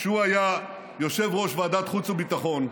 כשהוא היה יושב-ראש ועדת חוץ וביטחון,